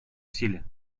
силе